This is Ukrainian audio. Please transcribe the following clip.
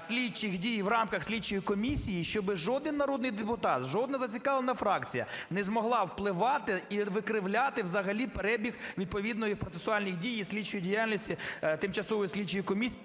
слідчих дій в рамках слідчої комісії, щоб жоден народний депутат, жодна зацікавлена фракція не змогла впливати і викривляти взагалі перебіг відповідних процесуальних дій і слідчої діяльності тимчасової слідчої комісії…